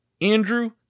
Andrew